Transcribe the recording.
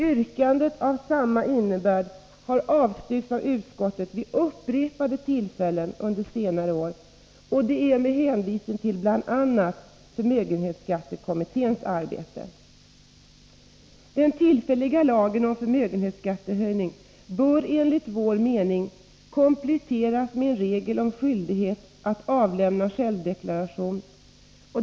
Yrkanden av samma innebörd har avstyrkts av utskottet vid upprepade tillfällen under senare år med hänvisning bl.a. till företagsskattekommitténs arbete. Den tillfälliga lagen om förmögenhetsskattehöjning bör enligt vår mening kompletteras med en regel om skyldighet att avlämna självdeklaration.